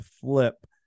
flip